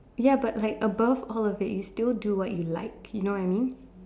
ya but like above all of it you still do what you like you know what I mean